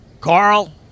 Carl